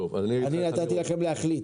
נתתי לכם להחליט.